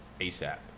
ASAP